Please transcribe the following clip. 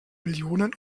millionen